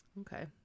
okay